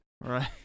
Right